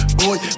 boy